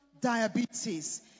diabetes